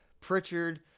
Pritchard